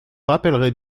rappellerez